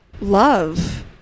love